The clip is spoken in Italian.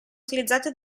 utilizzate